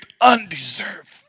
undeserved